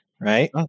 right